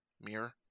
mirror